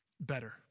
better